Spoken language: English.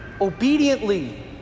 obediently